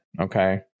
okay